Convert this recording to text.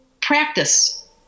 practice